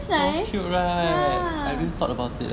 that's nice ya